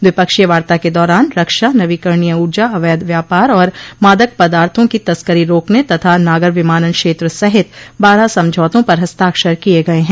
द्विपक्षीय वार्ता के दौरान रक्षा नवीकरणीय ऊर्जा अवैध व्यापार और मादक पदार्थों की तस्करी रोकने तथा नागर विमानन क्षेत्र सहित बारह समझौतों पर हस्ताक्षर किये गये हैं